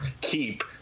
keep